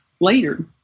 later